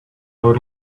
would